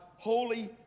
holy